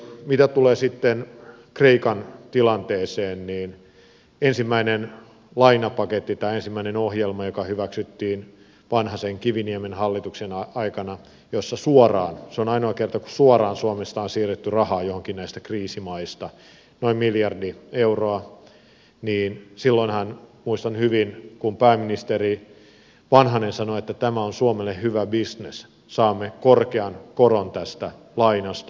mitä tulee sitten kreikan tilanteeseen niin kun hyväksyttiin vanhasenkiviniemen hallituksen aikana ensimmäinen lainapaketti tai ensimmäinen ohjelma jossa suoraan siirrettiin se on ainoa kerta kun suoraan suomesta on siirretty rahaa johonkin näistä kriisimaista noin miljardi euroa niin silloinhan muistan hyvin pääministeri vanhanen sanoi että tämä on suomelle hyvä bisnes saamme korkean koron tästä lainasta